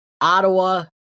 Ottawa